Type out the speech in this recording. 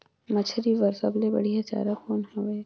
मछरी बर सबले बढ़िया चारा कौन हवय?